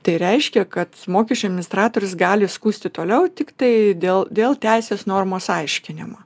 tai reiškia kad mokesčių administratorius gali skųsti toliau tiktai dėl dėl teisės normos aiškinimo